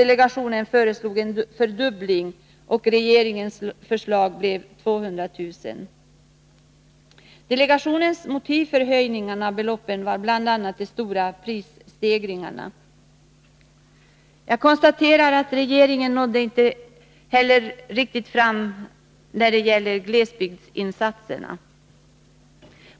Delegationen föreslog en fördubbling, och regeringens förslag blev 200 000. Delegationens motiv för höjningarna av beloppen var bl.a. de stora prisstegringarna. Jag konstaterar att regeringen inte riktigt nådde fram när det gäller glesbygdsinsatserna.